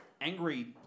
angry